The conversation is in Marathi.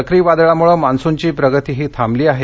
चक्रीवादळामुळे मान्सूनची प्रगतीही थांबली आहे